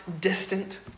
distant